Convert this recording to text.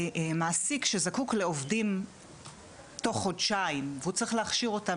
מעסיק שזקוק לעובדים תוך חודשיים והוא צריך להכשיר אותם,